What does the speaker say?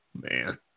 Man